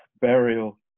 burial